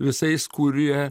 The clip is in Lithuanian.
visais kurie